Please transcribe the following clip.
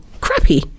crappy